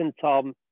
Tom